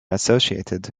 associated